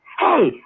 Hey